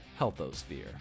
healthosphere